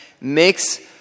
makes